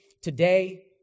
today